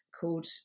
called